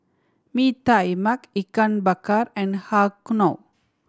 Mee Tai Mak Ikan Bakar and Har Kow